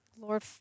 Lord